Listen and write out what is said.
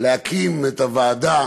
להקים את הוועדה